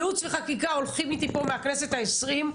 ייעוץ וחקיקה הולכים איתי פה מהכנסת העשרים.